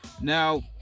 now